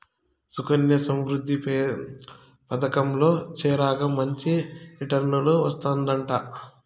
సుకన్యా సమృద్ధి పదకంల చేరాక మంచి రిటర్నులు వస్తందయంట